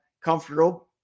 comfortable